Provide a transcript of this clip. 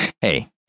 hey